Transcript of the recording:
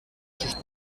sus